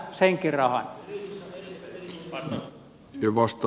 arvoisa puhemies